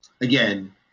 again